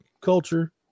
culture